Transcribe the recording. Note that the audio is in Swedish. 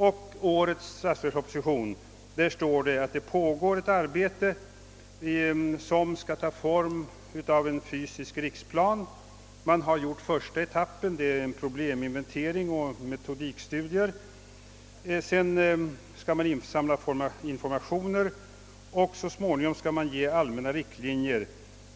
I årets statsverksproposition heter det att ett arbete pågår som skall ta form av en fysisk riksplan. Första etappen är klar. Den avser en probleminventering och metodikstudier. Därefter skall informationer insamlas, och så småningom skall allmänna riktlinjer ges